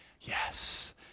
Yes